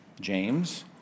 James